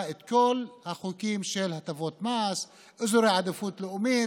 את כל החוקים של הטבות מס ואזורי עדיפות לאומית,